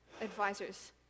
advisors